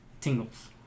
Tingles